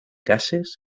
cases